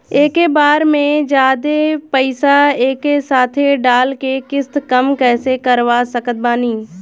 एके बार मे जादे पईसा एके साथे डाल के किश्त कम कैसे करवा सकत बानी?